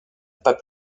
pas